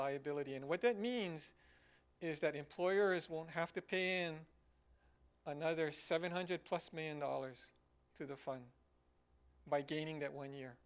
liability and what that means is that employers won't have to pay in another seven hundred plus million dollars to the fund by gaining that one year